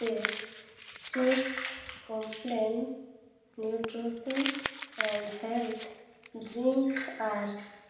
tax checks Complan nutrition and health drink R